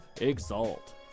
Exalt